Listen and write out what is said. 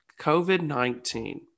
COVID-19